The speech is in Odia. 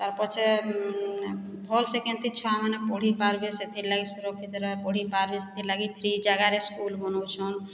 ତା'ର୍ ପଛେ ଭଲସେ କେନ୍ତି ଛୁଆମାନେ ପଢ଼ି ପାରବେ ସେଥିଲାଗି ସୁରକ୍ଷିତରେ ପଢ଼ିପାରବେ ସେଥିଲାଗି ଫ୍ରି ଜାଗାରେ ସ୍କୁଲ ବନାଉଛନ୍